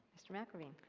mr. mcelveen.